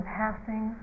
passing